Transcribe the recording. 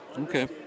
Okay